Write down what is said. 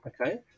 okay